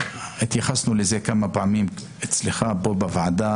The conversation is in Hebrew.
והתייחסנו לזה כמה פעמים אצלך פה בוועדה